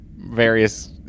various